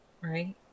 right